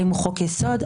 האם הוא חוק יסוד?